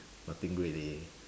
nothing great leh